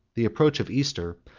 the approach of easter,